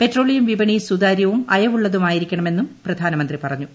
petroleum വിപണി സുതാര്യവും അയവുള്ളതുമായിരിക്കണമെന്നും പ്രധാനമന്ത്രി പറഞ്ഞു